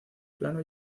plano